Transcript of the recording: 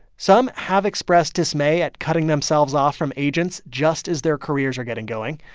some have expressed dismay at cutting themselves off from agents just as their careers are getting going.